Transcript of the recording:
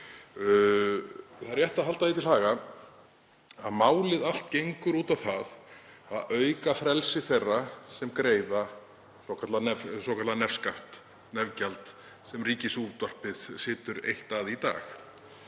Það er rétt að halda því til haga að málið allt gengur út á það að auka frelsi þeirra sem greiða svokallað nefgjald sem Ríkisútvarpið situr eitt að í dag.